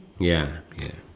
ya ya